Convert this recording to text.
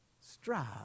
strive